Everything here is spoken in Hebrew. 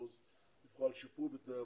אחוזים דיווחו כי חל שיפור בתנאי העבודה.